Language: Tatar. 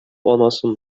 анасын